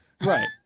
right